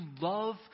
love